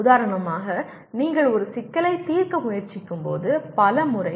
உதாரணமாக நீங்கள் ஒரு சிக்கலை தீர்க்க முயற்சிக்கும்போது பல முறை